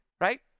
right